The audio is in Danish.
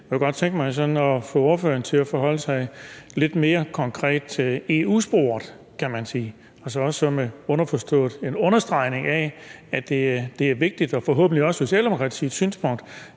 Jeg kunne godt tænke mig at få ordføreren til at forholde sig lidt mere konkret til EU-sporet, altså underforstået en understregning af, at det er vigtigt, forhåbentlig også ud fra Socialdemokratiets synspunkt,